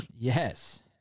Yes